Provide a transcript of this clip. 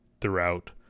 throughout